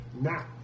Now